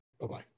Bye-bye